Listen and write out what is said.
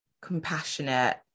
compassionate